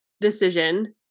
decision